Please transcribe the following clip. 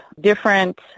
different